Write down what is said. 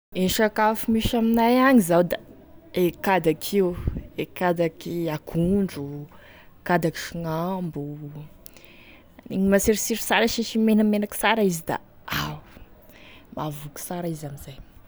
E sakafo misy aminay agny zao da e kadaky io. E kadaky akondro, kadaky soanambo, iny masirosiro sara asiagny menaky sara izy da ao, mahavoky sara izy amin'izay.